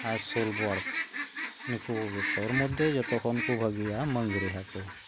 ᱟᱨ ᱥᱳᱞ ᱵᱳᱣᱟᱲ ᱦᱟᱹᱠᱩ ᱱᱩᱠᱩ ᱜᱮ ᱳᱨ ᱢᱚᱫᱷᱮ ᱡᱚᱛᱚ ᱠᱷᱚᱱ ᱠᱚ ᱵᱷᱟᱹᱜᱤᱭᱟ ᱢᱟᱹᱨᱝᱤ ᱦᱟᱹᱠᱩ